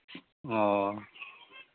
ᱚ